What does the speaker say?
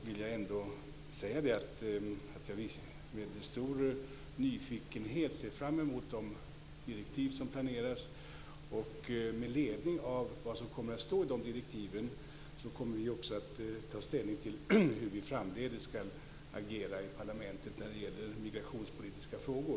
Vi ser med stor nyfikenhet fram emot de direktiv som planeras. Med ledning av vad som kommer att stå i de direktiven kommer vi också att ta ställning till hur vi framdeles ska agera i parlamentet i migrationspolitiska frågor.